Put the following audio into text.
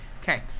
Okay